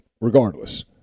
regardless